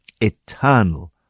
eternal